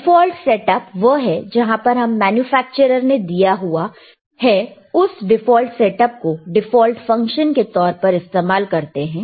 default setup वह है जहां पर हम मैन्युफैक्चर ने जो दिया हुआ है उस डिफॉल्ट सेटअप को डिफॉल्ट फंक्शन के तौर पर इस्तेमाल करते हैं